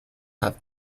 have